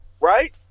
right